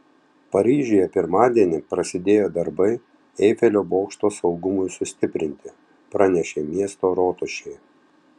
paryžiuje pirmadienį prasidėjo darbai eifelio bokšto saugumui sustiprinti pranešė miesto rotušė